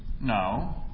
no